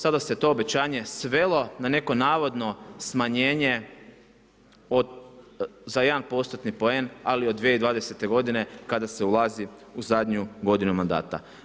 Sada se to obećanje svelo na neko navodno smanjenje za 1%-ni poen, ali od 2020. godine kada se ulazi u zadnju godinu mandata.